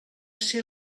ser